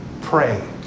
Pray